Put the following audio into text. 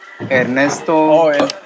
Ernesto